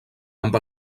amb